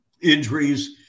Injuries